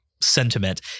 sentiment